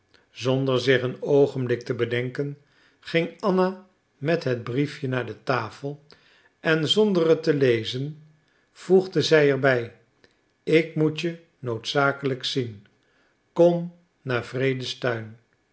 zonder zich een oogenblik te bedenken ging anna met het briefje naar de tafel en zonder het te lezen voegde zij er bij ik moet je noodzakelijk zien kom naar